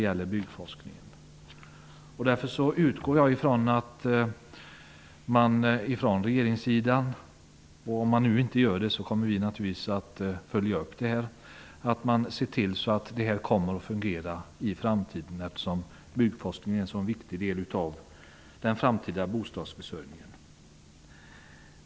Därför utgår jag ifrån att regeringen ser till att detta fungerar i framtiden, eftersom byggforskningen är en så viktig del av den framtida bostadsförsörjningen. Om regeringen inte gör det kommer vi naturligtvis att följa upp detta.